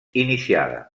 iniciada